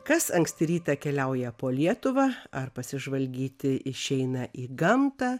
kas anksti rytą keliauja po lietuvą ar pasižvalgyti išeina į gamtą